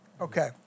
Okay